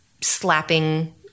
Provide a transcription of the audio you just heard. slapping